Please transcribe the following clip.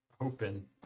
open